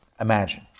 Imagine